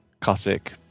classic